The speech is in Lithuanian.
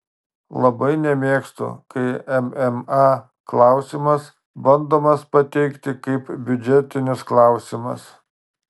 labai nemėgstu kai mma klausimas bandomas pateikti kaip biudžetinis klausimas